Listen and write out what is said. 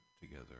together